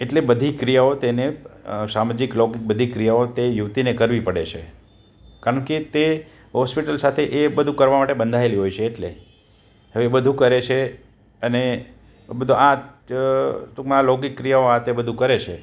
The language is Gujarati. એટલે બધી ક્રિયાઓ તેને સામાજિક લૌકિક બધી ક્રિયાઓ તે યુવતીને કરવી પડે છે કારણ કે તે હોસ્પિટલ સાથે એ બધું કરવા માટે બંધાયેલી હોય છે એટલે હવે એ બધું કરે છે અને બધું આ ટૂંકમાં લૌકિક ક્રિયાઓ આ તે બધું કરે છે